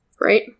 Right